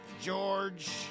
George